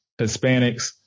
Hispanics